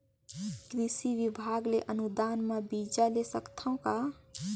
कृषि विभाग ले अनुदान म बीजा ले सकथव का?